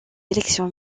élections